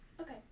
Okay